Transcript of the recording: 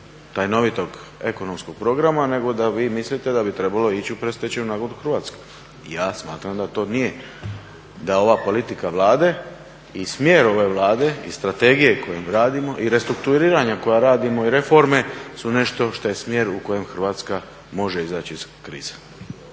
tajnovitog ekonomskog programa, nego da vi mislite da bi trebalo ići u predstečajnu nagodbu Hrvatske. I ja smatram da to nije, da ova politika Vlade i smjer ove Vlade, i strategije kojima radimo, i restrukturiranja koja radimo, i reforme su nešto što je smjer u kojem Hrvatska može izaći iz krize.